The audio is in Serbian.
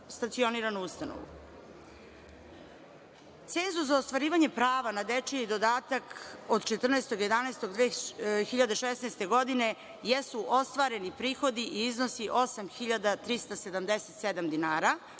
stacioniranu ustanovu. Cenzus za ostvarivanje prava na dečiji dodatak od 14.11.2016. godine jesu ostvareni prihodi i iznosi 8.377 dinara,